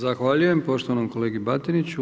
Zahvaljujem poštovanom kolegi Batiniću.